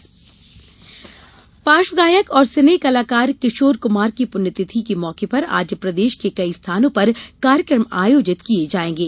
किशोर प्ण्यतिथि पार्श्वगायक और सिने कलाकार किशोर कुमार की पुण्यतिथि के मौके पर आज प्रदेश के कई स्थानों पर कार्यकम आयोजित किये जायेंगे